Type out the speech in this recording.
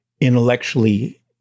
intellectually